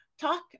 talk